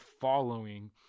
following